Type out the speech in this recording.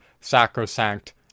sacrosanct